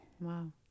Wow